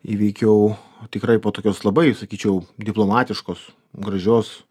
įveikiau tikrai po tokios labai sakyčiau diplomatiškos gražios